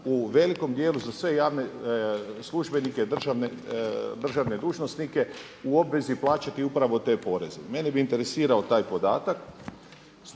u velikom dijelu za sve javne službenike i državne dužnosnike u obvezi plaćati upravo te poreze. Mene bi interesirao taj podatak